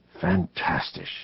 Fantastic